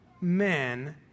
men